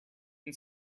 and